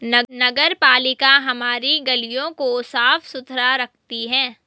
नगरपालिका हमारी गलियों को साफ़ सुथरा रखती है